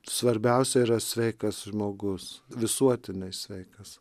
svarbiausia yra sveikas žmogus visuotinai sveikas